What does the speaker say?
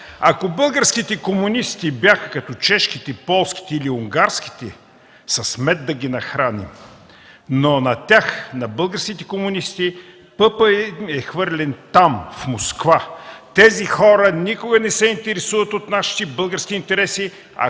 „Ако българските комунисти бяха като чешките, полските или унгарските – с мед да ги нахраним. Но на тях, на българските комунисти пъпът им е хвърлен там – в Москва. Тези хора никога не се интересуват от нашите български интереси,